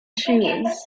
shoes